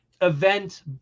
event